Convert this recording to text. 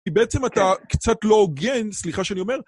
כי בעצם אתה קצת לא הוגן, סליחה שאני אומר.